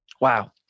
Wow